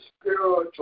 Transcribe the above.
spiritual